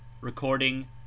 Recording